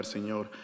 Señor